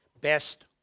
best